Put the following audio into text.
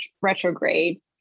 retrograde